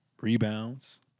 rebounds